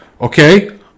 okay